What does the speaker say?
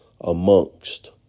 amongst